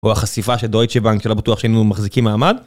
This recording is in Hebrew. או החשיפה של דויטש בנק שלא בטוח שהינו מחזיקים מעמד